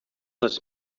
dels